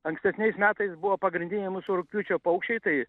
ankstesniais metais buvo pagrindinė mūsų rugpjūčio paukščiai tai